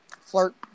flirt